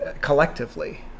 collectively